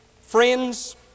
Friends